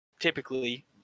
typically